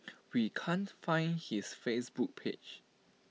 we can't find his Facebook page